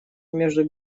между